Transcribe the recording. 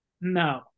No